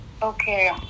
okay